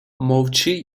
мовчи